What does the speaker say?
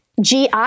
GI